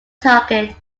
target